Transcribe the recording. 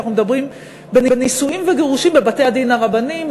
כשאנחנו מדברים בנישואים וגירושים בבתי-הדין הרבניים,